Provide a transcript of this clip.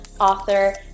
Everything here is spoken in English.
author